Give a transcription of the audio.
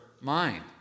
mind